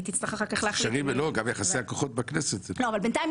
היא תצטרך אחר-כך להחליט --- גם יחסי הכוחות בכנסת --- בינתיים,